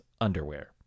underwear